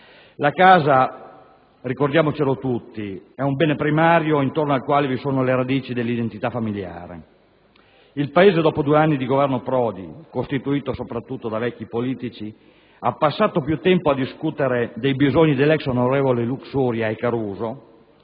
La casa, ricordiamocelotutti, è un bene primario intorno al quale vi sono le radici dell'identità familiare. Il Paese, dopo due anni di Governo Prodi costituito soprattutto da vecchi politici, ha passato più tempo a discutere dei bisogni degli ex onorevoli Luxuria e Caruso,